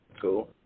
Cool